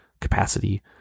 capacity